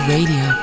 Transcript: Radio